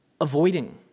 avoiding